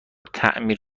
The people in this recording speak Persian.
تعمیر